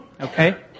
Okay